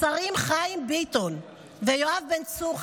השרים חיים ביטון ויואב בן צור,